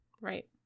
Right